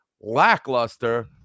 lackluster